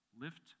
lift